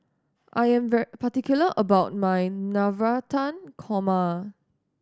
I'm particular about my Navratan Korma